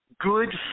good